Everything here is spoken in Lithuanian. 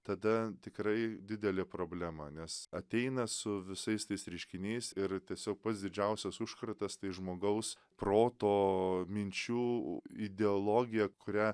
tada tikrai didelė problema nes ateina su visais tais reiškiniais ir tiesiog pats didžiausias užkratas tai žmogaus proto minčių ideologija kurią